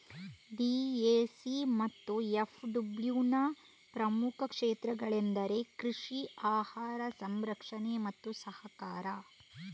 DAC ಮತ್ತು ಎಫ್.ಡಬ್ಲ್ಯೂನ ಪ್ರಮುಖ ಕ್ಷೇತ್ರಗಳೆಂದರೆ ಕೃಷಿ, ಆಹಾರ ಸಂರಕ್ಷಣೆ ಮತ್ತು ಸಹಕಾರ